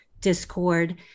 Discord